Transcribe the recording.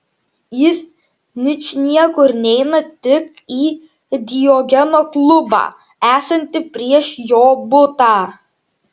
jis ničniekur neina tik į diogeno klubą esantį prieš jo butą